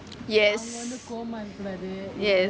yes yes